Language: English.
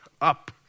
up